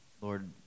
Lord